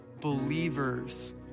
believers